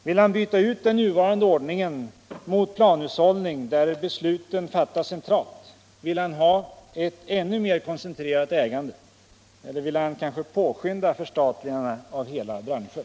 Vill herr Ekström byta ut den nuvarande ordningen mot planhushållning, där besluten fattas centralt? Vill han ha ett ännu mer koncentrerat ägande? Eller vill han kanske påskynda förstatligandet av hela branscher?